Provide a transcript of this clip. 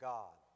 God